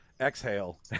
exhale